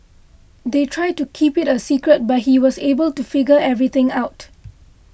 they tried to keep it a secret but he was able to figure everything out